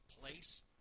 place